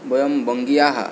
वयं वङ्गीयाः